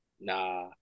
nah